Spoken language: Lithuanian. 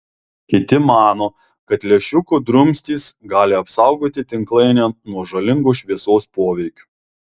kiti mano kad lęšiuko drumstys gali apsaugoti tinklainę nuo žalingo šviesos poveikio